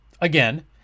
again